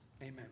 Amen